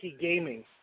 gaming